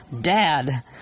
Dad